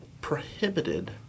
prohibited